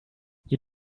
you